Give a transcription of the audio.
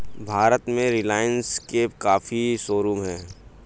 भारत में रिलाइन्स के काफी शोरूम हैं